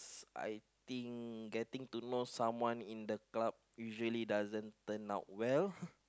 I think getting to know someone in the club usually doesn't turn out well